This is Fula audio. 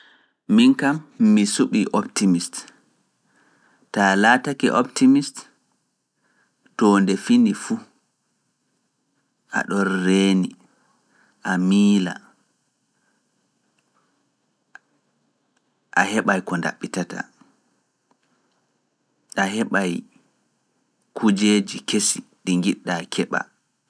Min kam, mi suɓii optimist. Ta laatake optimist to nde fini fuu. Aɗon reeni, a miila, a heɓay ko ndaɓɓitata, a heɓay kujeeji kesi ɗi ngiɗɗaa keɓa.